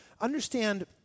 understand